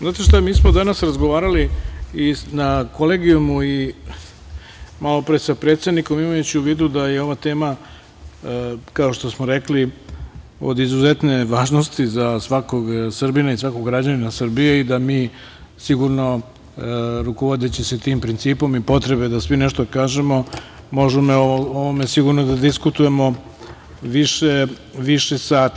Znate šta, mi smo danas razgovarali i na Kolegijumu i malopre sa predsednikom, imajući u vidu da je ova tema, kao što smo rekli od izuzetne važnosti za svakog Srbina i svakog građanina Srbije i da mi sigurno rukovodeći se tim principom i potrebe da svi nešto kažemo, možemo o ovome sigurno da diskutujemo više sati.